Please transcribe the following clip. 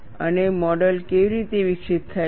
અને મોડલ કેવી રીતે વિકસિત થાય છે